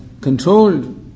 controlled